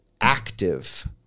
active